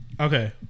Okay